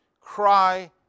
cry